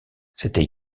c’était